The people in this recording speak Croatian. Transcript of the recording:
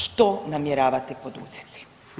Što namjeravate poduzeti?